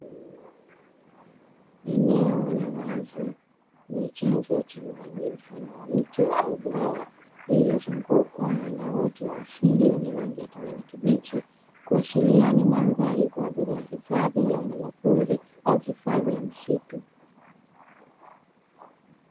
Eneo la wazi lenye canzo cha maji mfano wa mto au bwawa limezungukwa na uoto wa asili wenye rangi ya kijani kibichi, kuashiria ni mandhari ya hifadhi ya wanyama pori au hifadhi ya msitu.